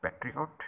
Patriot